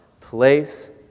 place